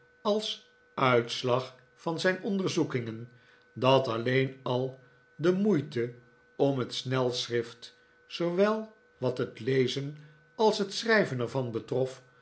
als uitslag van zijn onderzoekingen dat alleen al de moeite om het snelschrift zodwel wat het lezen als het schrijven er van betrof